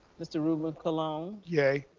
mr. ruben colon. yea.